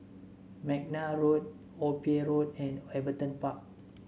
McNair Road Old Pier Road and Everton Park